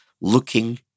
looking